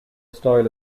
style